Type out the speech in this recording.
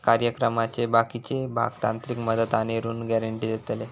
कार्यक्रमाचे बाकीचे भाग तांत्रिक मदत आणि ऋण गॅरेंटी देतले